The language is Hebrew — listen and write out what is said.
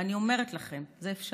ואני אומרת לכם, זה אפשרי.